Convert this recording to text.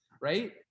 right